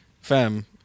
fam